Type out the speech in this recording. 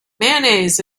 mayonnaise